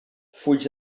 fuig